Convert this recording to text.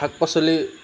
শাক পাচলি